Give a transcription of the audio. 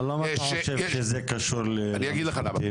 אבל למה אתה חושב שזה קשור למשרד הפנים?